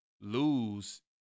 lose